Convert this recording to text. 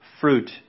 fruit